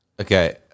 Okay